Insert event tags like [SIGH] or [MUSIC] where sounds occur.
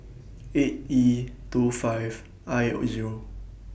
eight E two five I [HESITATION] Zero